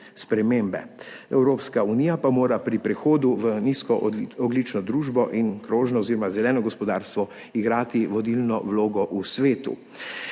spremembe. Evropska unija pa mora pri prehodu v nizkoogljično družbo in krožno oziroma zeleno gospodarstvo igrati vodilno vlogo v svetu.